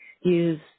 use